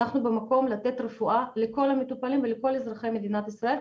אנחנו במקום לתת רפואה לכל המטופלים ולכל אזרחי מדינת ישראל,